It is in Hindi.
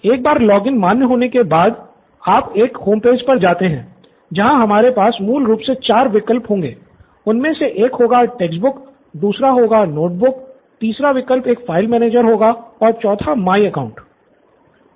एक बार लॉगिन मान्य होने के बाद आप एक होमपेज पर जाते हैं जहाँ हमारे पास मूल रूप से चार विकल्प होंगे उनमें से एक होगा टेक्स्ट बुक्स दूसरा होगा नोटबुक तीसरा विकल्प एक फ़ाइल मैनेजर होगा और चौथा माई अकाउंट होगा